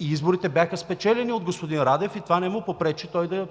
И изборите бяха спечелени от господин Радев, и това не му попречи той да